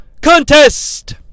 contest